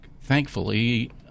thankfully